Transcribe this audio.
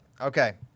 Okay